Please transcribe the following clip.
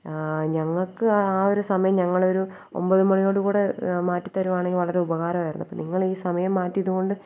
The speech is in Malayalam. ഞങ്ങള്ക്ക് ആ ഒരു സമയം ഞങ്ങളൊരു ഒമ്പത് മണിയോട് കൂടെ മാറ്റിത്തരുവാണെങ്കില് വളരെ ഉപകരമായിരുന്നപ്പോള് നിങ്ങളീ സമയം മാറ്റിയതുകൊണ്ട്